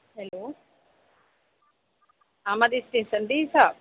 hello Ahmed stationery shop